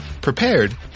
prepared